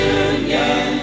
union